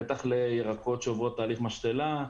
בטח לירקות שעוברים תהליך משתלה.